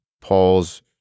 Paul's